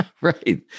right